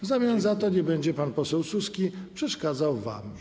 W zamian za to nie będzie pan poseł Suski przeszkadzał wam.